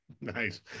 nice